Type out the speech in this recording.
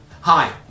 Hi